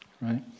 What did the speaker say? right